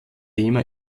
thema